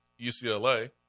UCLA